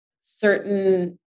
certain